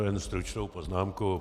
Jen stručnou poznámku.